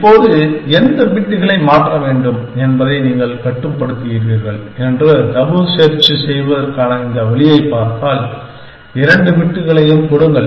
இப்போது எந்த பிட்டுகளை மாற்ற வேண்டும் என்பதை நீங்கள் கட்டுப்படுத்துகிறீர்கள் என்று தபு செர்ச் செய்வதற்கான இந்த வழியைப் பார்த்தால் இரண்டு பிட்களையும் கொடுங்கள்